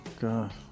God